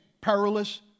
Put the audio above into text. perilous